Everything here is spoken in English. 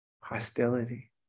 hostility